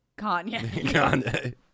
Kanye